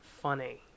funny